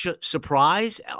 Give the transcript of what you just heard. surprise